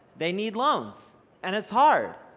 they need loans and it's hard